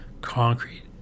concrete